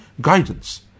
Guidance